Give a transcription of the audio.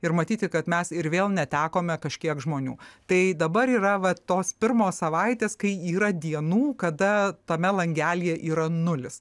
ir matyti kad mes ir vėl netekome kažkiek žmonių tai dabar yra va tos pirmos savaitės kai yra dienų kada tame langelyje yra nulis